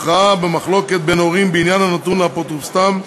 הכרעה במחלוקות בין הורים בעניין הנתון לאפוטרופסותם),